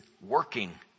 working